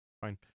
fine